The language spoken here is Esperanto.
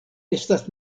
estas